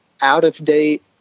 out-of-date